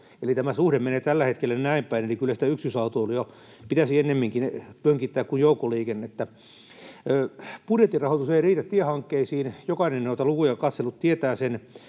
tämä suhde menee tällä hetkellä näin päin, eli kyllä sitä yksityisautoilua pitäisi ennemminkin pönkittää kuin joukkoliikennettä. Budjettirahoitus ei riitä tiehankkeisiin, jokainen noita lukuja katsellut tietää sen.